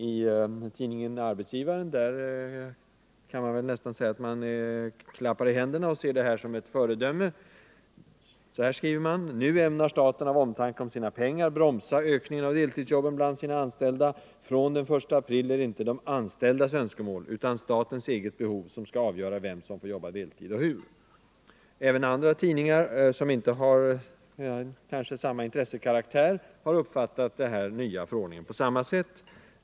I tidningen Arbetsgivaren klappar man i händerna och ser det här som ett föredöme. Så här skriver man: Nu ämnar staten av omtanke om sina pengar bromsa ökningen av deltidsjobben bland sina anställda. Från den 1 april är det inte de anställdas önskemål utan statens eget behov som skall avgöra vem som får jobba deltid och hur. Även andra tidningar, som inte har samma intresseinriktning, har uppfattat den nya förordningen på samma sätt.